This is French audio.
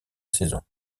saison